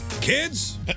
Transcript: Kids